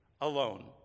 alone